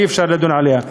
אי-אפשר לדון עליה.